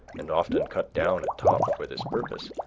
and often cut down at top for this purpose,